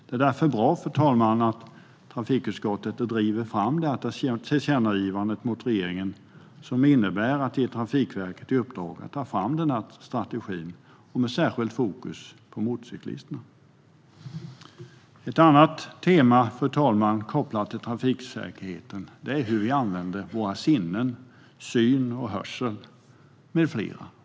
Det är därför bra, fru talman, att trafikutskottet driver fram detta tillkännagivande till regeringen som innebär att ge Trafikverket i uppdrag att ta fram en strategi med särskilt fokus på motorcyklisterna. Fru talman! Ett annat tema kopplat till trafiksäkerhet är hur vi använder våra sinnen - syn, hörsel med flera.